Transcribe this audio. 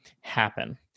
happen